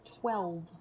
Twelve